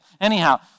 Anyhow